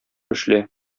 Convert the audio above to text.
эшлә